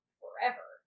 forever